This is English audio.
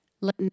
Let